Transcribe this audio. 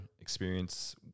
experience